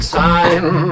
time